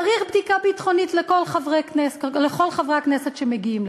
צריך בדיקה ביטחונית לכל חברי הכנסת שמגיעים לכאן.